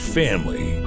family